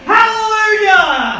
Hallelujah